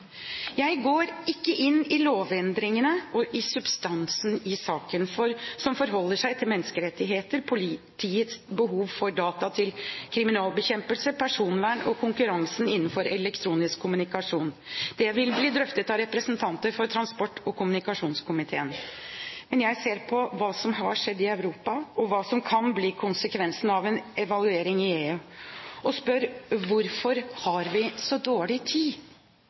Jeg går ikke inn i lovendringene og substansen i saken, som forholdet til menneskerettighetene, politiets behov for data til kriminalbekjempelse, personvern og konkurransen innenfor elektronisk kommunikasjon. Det vil bli drøftet av representanter for transport- og kommunikasjonskomiteen, men jeg ser på hva som har skjedd i Europa, hva som kan bli konsekvensene av en evaluering i EU, og spør: Hvorfor har vi så dårlig tid?